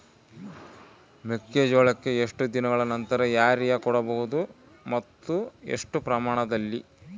ಮೆಕ್ಕೆಜೋಳಕ್ಕೆ ಎಷ್ಟು ದಿನಗಳ ನಂತರ ಯೂರಿಯಾ ಕೊಡಬಹುದು ಮತ್ತು ಎಷ್ಟು ಪ್ರಮಾಣದಲ್ಲಿ?